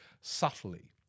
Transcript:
subtly